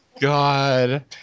God